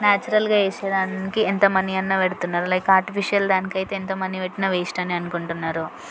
నాచురల్గా చేసే దానికి ఎంత మనీ అన్నాపెడుతున్నారు లైక్ ఆర్టిఫీషియల్ దానికి అయితే ఎంత మనీ పెట్టిన వేస్ట్ అని అనుకుంటున్నారు